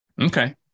okay